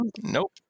Nope